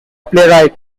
playwright